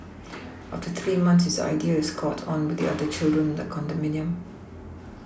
after three months his idea has caught on with other children in the condominium